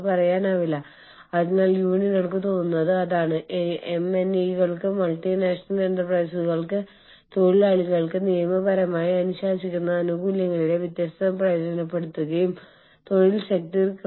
അവരുടെ താമസം അവരുടെ ആരോഗ്യ സൌകര്യങ്ങൾ അവരുടെ വിസകൾ അവരുടെ മൈഗ്രേറ്ററി സ്റ്റാറ്റസ് അവരുടെ പ്രാദേശിക നിയമങ്ങൾ പാലിക്കൽ പ്രാദേശിക സംവിധാനങ്ങളുമായി പൊരുത്തപ്പെടൽ ആചാരങ്ങൾ മുതലായവ നിങ്ങൾ ശ്രദ്ധിക്കേണ്ടതുണ്ട്